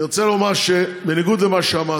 אני רוצה לומר שבניגוד למה שאמרת,